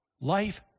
Life